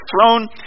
throne